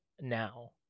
now